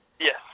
Yes